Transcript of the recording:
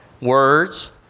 words